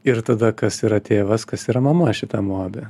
ir tada kas yra tėvas kas yra mama šitam uabe